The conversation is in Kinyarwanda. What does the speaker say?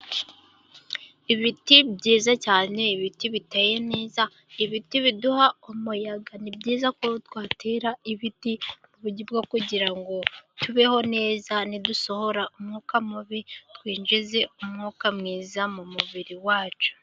Ibiti byiza cyane, ibiti biteye neza, ibiti biduha umuyaga, ni byiza ko twatera ibiti ku buryo kugirango tubeho neza, nidusohora umwuka mubi twinjize umwuka mwiza mu mubiri wacu.